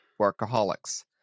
workaholics